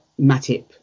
Matip